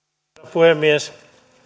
puhemies